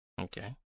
Okay